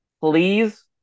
please